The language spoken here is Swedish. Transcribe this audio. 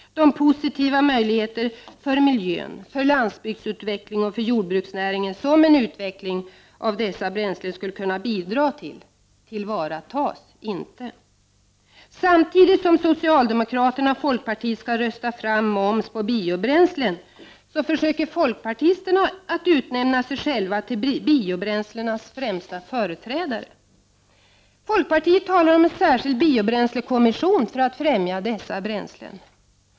De positiva effekter för miljön, för landsbygdsutveckling och för jordbruksnäringen, som en utveckling av dessa bränslen skulle kunna bidra till, tillvaratas inte. Samtidigt som socialdemokraterna och folkpartiet skall rösta fram moms på biobränslen försöker folkpartisterna att utnämna sig själva till biobränslenas främsta företrädare. Folkpartiet talar om en särskild biobränslekommission för att främja utveckling av dessa bränslen.